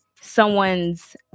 someone's